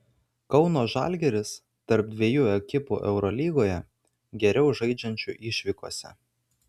kauno žalgiris tarp dviejų ekipų eurolygoje geriau žaidžiančių išvykose